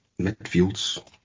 midfields